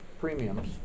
premiums